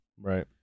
Right